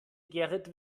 gerrit